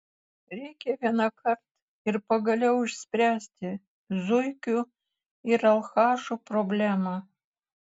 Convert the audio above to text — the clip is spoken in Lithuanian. reikia vienąkart ir pagaliau išspręsti zuikių ir alchašų problemą